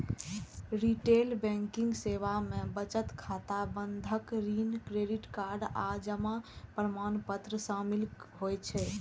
retail banking सेवा मे बचत खाता, बंधक, ऋण, क्रेडिट कार्ड आ जमा प्रमाणपत्र शामिल होइ छै